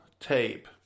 tape